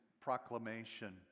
proclamation